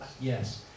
yes